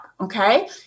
Okay